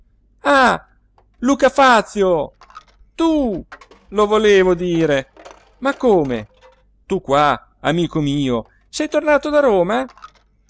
ah luca fazio tu lo volevo dire ma come tu qua amico mio sei tornato da roma